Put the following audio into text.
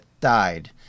died